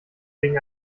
wegen